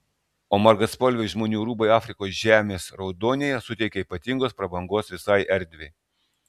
o margaspalviai žmonių rūbai afrikos žemės raudonyje suteikia ypatingos prabangos visai erdvei